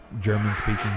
German-speaking